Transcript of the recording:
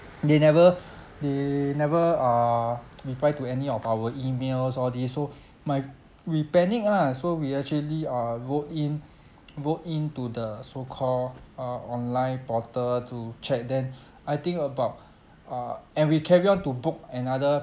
they never they never err reply to any of our emails all this so my we panic lah so we actually err wrote in wrote in to the so call uh online portal to check then I think about uh and we carry on to book another